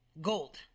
gold